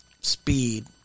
speed